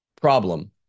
problem